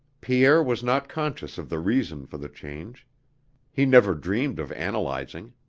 pierre was not conscious of the reason for the change he never dreamed of analyzing.